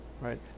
Right